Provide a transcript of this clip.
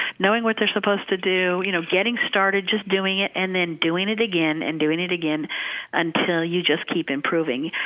knowing what they're supposed to do, you know getting started, just doing it, and then doing it again, and doing it again until you just keep improving.